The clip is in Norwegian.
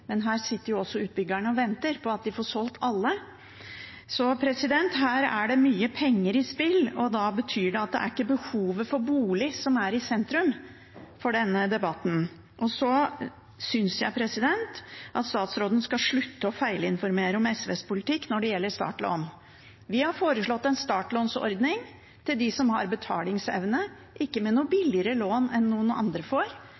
men her sitter også utbyggerne og venter på at de får solgt alle. Så her er det mye penger i spill, og det betyr at det ikke er behovet for bolig som er i sentrum for denne debatten. Så synes jeg at statsråden skal slutte å feilinformere om SVs politikk når det gjelder startlån. Vi har foreslått en startlånsordning til dem som har betalingsevne. Det er ikke noe billigere lån enn andre får,